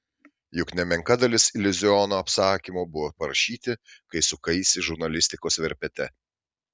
juk nemenka dalis iliuziono apsakymų buvo parašyti kai sukaisi žurnalistikos verpete